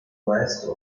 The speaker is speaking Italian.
maestro